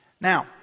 Now